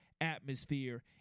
atmosphere